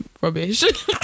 rubbish